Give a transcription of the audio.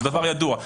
זה דבר ידוע.